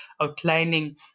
outlining